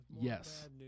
yes